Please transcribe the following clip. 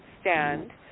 stand